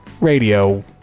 radio